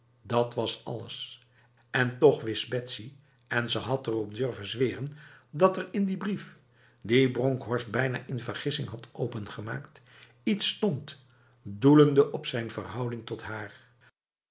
dat was alles en toch wist betsy en ze had erop durven zweren dat er in die brief die bronkhorst bijna in vergissing had opengemaakt iets stond doelende op zijn verhouding tot haar